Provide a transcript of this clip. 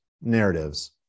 Narratives